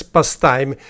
Pastime